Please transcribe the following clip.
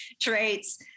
traits